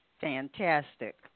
Fantastic